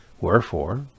wherefore